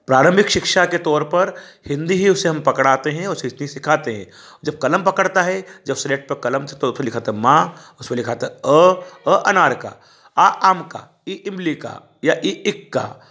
प्रारंभिक शिक्षा के तौर पर हिंदी ही उसे हम पकड़ाते हैं और हिंदी सिखाते हैं जब कलम पकड़ता है जब सिलेट पे कलम से लिखाता माँ उसपे लिखाता अ अ अनार का आ आम का इ इमली का या ई ईख का